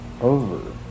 over